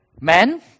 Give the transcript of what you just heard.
men